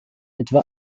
etwa